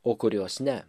o kurios ne